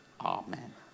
Amen